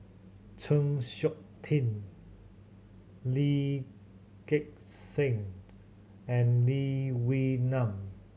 Chng Seok Tin Lee Gek Seng and Lee Wee Nam